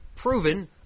Proven